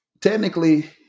technically